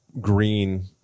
green